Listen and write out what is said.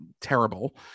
terrible